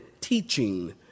teaching